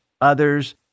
others